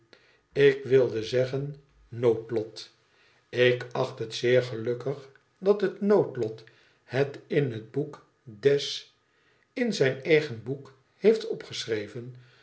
ik wilde zeggen noodlot ik acht het zeer gelukkig dat het noodlot het in het boek des in zijn eigen boek heeft opgeschreven